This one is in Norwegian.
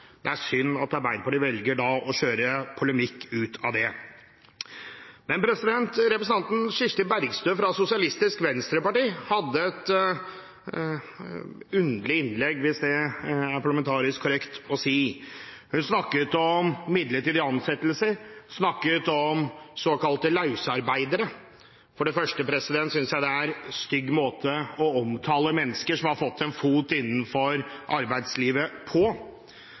Det er synd at Arbeiderpartiet velger å gjøre polemikk ut av det. Representanten Kirsti Bergstø fra Sosialistisk Venstreparti hadde et underlig innlegg – hvis det er parlamentarisk korrekt å si. Hun snakket om midlertidige ansettelser, snakket om såkalte løsarbeidere. For det første synes jeg det er en stygg måte å omtale mennesker som har fått en fot innenfor arbeidslivet, på.